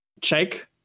check